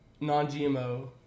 non-GMO